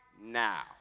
now